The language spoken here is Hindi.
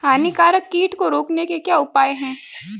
हानिकारक कीट को रोकने के क्या उपाय हैं?